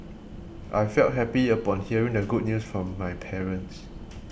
I felt happy upon hearing the good news from my parents